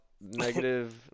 negative